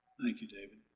thank you, david.